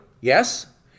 yes